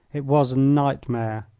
it was a nightmare.